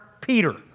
Peter